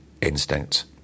instinct